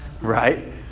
right